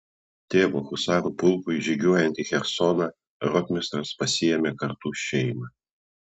tėvo husarų pulkui žygiuojant į chersoną rotmistras pasiėmė kartu šeimą